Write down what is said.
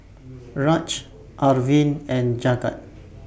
Raj Arvind and Jagat